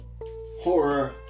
horror